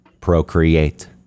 procreate